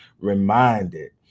reminded